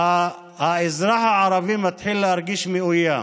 שהאזרח הערבי מתחיל להרגיש מאוים,